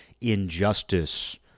injustice